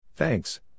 Thanks